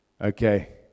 Okay